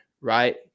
right